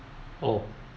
oh